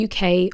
UK